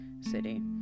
city